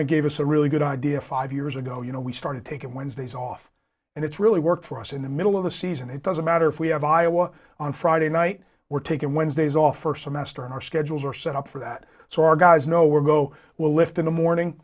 frank gave us a really good idea five years ago you know we started taking wednesdays off and it's really worked for us in the middle of the season it doesn't matter if we have iowa on friday night we're taking wednesdays off first semester on our schedules are set up for that so our guys know we're go will lift in the morning